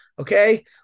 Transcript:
okay